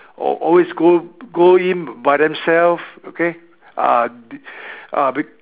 always go go in by themselves okay ah be~ ah be~